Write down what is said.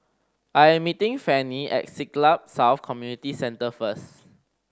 I am meeting Fannie at Siglap South Community Centre first